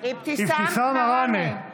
אבתיסאם מראענה,